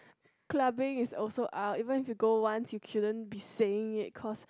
clubbing is also out even if you going one you couldn't be saying cause